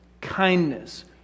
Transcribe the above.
kindness